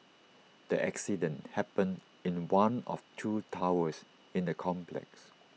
the accident happened in one of two towers in the complex